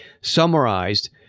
summarized